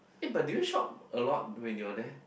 eh but did you shop a lot when you're there